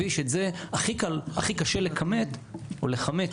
משרד החקלאות ביקשתם להתייחס?